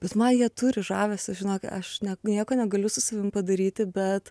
bet man jie turi žavesio žinok aš nieko negaliu su savim padaryti bet